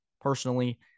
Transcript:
personally